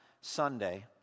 Sunday